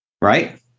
Right